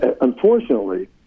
Unfortunately